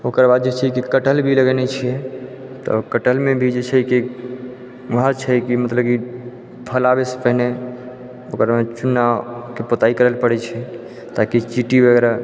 ओकर बाद जे छै कि कटहल भी लगेने छिए तऽ कटहलमे भी छै कि वहाँ छै कि मतलब कि फल आबैसँ पहिने ओकरमे चूनाके पोताइ करैलए पड़ै छै ताकि चिट्टी वगैरह